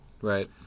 Right